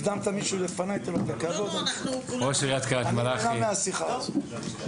הקדמת מישהו לפני, אני נהלה מהשיחה הזו.